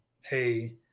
Hey